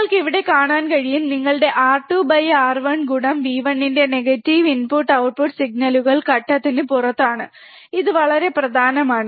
നിങ്ങൾക്ക് ഇവിടെ കാണാൻ കഴിയും നിങ്ങളുടെ R2 R1 V1 ൻറെ നെഗറ്റീവ് ഇൻപുട്ട് ഔട്ട്പുട്ട് സിഗ്നലുകൾ ഘട്ടത്തിന് പുറത്താണ് ഇത് വളരെ പ്രധാനമാണ്